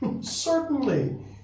Certainly